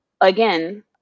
again